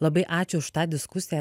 labai ačiū už tą diskusiją